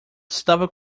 estava